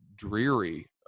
dreary